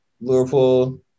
Liverpool